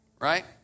right